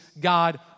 God